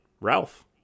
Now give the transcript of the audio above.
Ralph